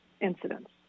incidents